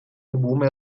بوم